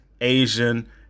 Asian